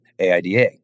AIDA